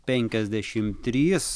penkiasdešim trys